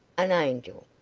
an angel.